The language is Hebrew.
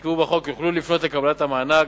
שנקבעו בחוק יוכלו לפנות לקבלת המענק